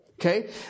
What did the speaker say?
Okay